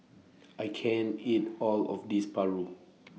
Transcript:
I can't eat All of This Paru